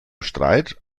streit